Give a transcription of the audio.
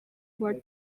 were